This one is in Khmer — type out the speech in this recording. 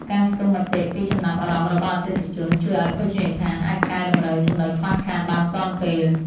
ការស្ទង់មតិពីចំណាប់អារម្មណ៍របស់អតិថិជន ជួយឱ្យភោជនីយដ្ឋានអាចកែតម្រូវចំនុចខ្វះខាតបានទាន់ពេល។